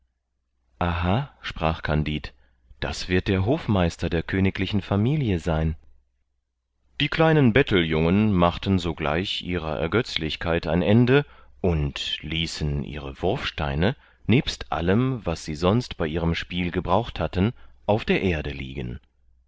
aha sprach kandid das wird der hofmeister der königlichen familie sein die kleinen betteljungen machten sogleich ihrer ergötzlichkeit ein ende und ließen ihre wurfsteine nebst allem was sie sonst bei ihrem spiel gebraucht hatten auf der erde liegen